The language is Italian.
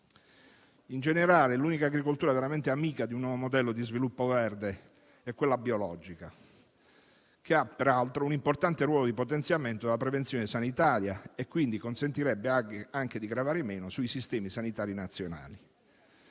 In generale, l'unica agricoltura veramente amica di un nuovo modello di sviluppo verde è quella biologica, che ha peraltro un importante ruolo di potenziamento della prevenzione sanitaria e, quindi, consentirebbe anche di gravare meno sui sistemi sanitari nazionali.